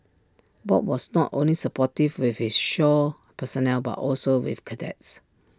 bob was not only supportive with his shore personnel but also with cadets